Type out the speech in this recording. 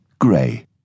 grey